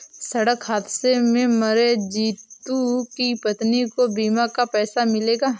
सड़क हादसे में मरे जितू की पत्नी को बीमा का पैसा मिलेगा